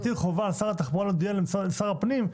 את העניין של שר הפנים.